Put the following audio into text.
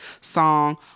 song